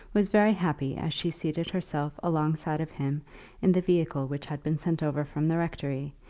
was very happy as she seated herself alongside of him in the vehicle which had been sent over from the rectory,